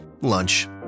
Lunch